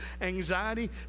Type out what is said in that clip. anxiety